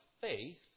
faith